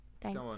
Thanks